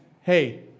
hey